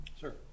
Sir